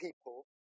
people